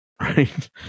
right